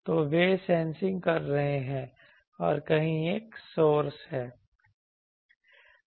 तो वे सेंसिंग कर रहे हैं और कहीं एक सोर्स है